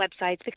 websites